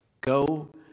go